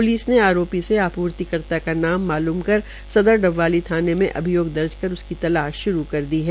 police ने आरोपी से आपूर्ततिकर्ता का नाम मालूम कर सदर डबवाली थाने में अभियोग दर्ज कर उस की तलाश श्रू कर दी है